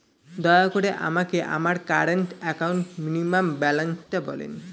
দয়া করে আমাকে আমার কারেন্ট অ্যাকাউন্ট মিনিমাম ব্যালান্সটা বলেন